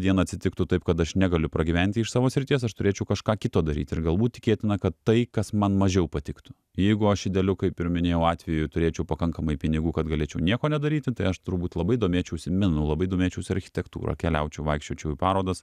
dieną atsitiktų taip kad aš negaliu pragyventi iš savo srities aš turėčiau kažką kito daryt ir galbūt tikėtina kad tai kas man mažiau patiktų jeigu aš idealiu kaip ir minėjau atveju turėčiau pakankamai pinigų kad galėčiau nieko nedaryti tai aš turbūt labai domėčiausi menu labai domėčiausi architektūra keliaučiau vaikščiočiau į parodas